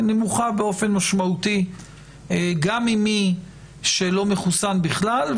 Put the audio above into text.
נמוכה באופן משמעותי גם ממי שלא מחוסן בכלל,